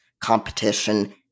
competition